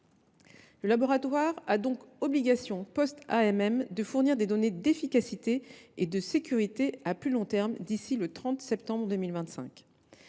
Ce dernier a donc pour obligation, post AMM, de fournir des données d’efficacité et de sécurité à plus long terme, d’ici au 30 septembre 2025.